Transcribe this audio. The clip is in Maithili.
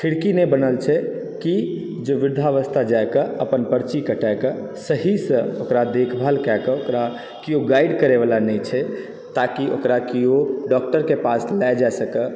खिड़की नहि बनल छै की जे वृद्धावस्था जा कऽ अपन पर्ची कटा कऽ सही सॅं ओकरा देखभाल कए कऽ ओकरा केओ गाइड करय वला नहि छै ताकि ओकरा केओ डॉक्टर के पास लए जा सकै